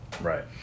Right